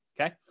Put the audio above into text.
okay